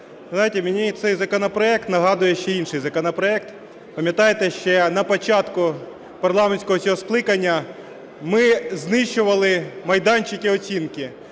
мені цей законопроект нагадує ще інший законопроект. Пам'ятаєте, ще на початку парламентського цього скликання ми знищували майданчики оцінки.